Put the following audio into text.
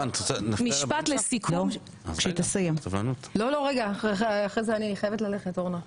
משפט לסיכום, רגע, אחרי אני חייבת ללכת אורנה,